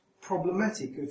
problematic